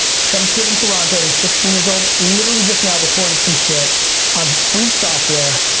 some kid in toronto who's sixteen years old literally just now recorded some shit on free software,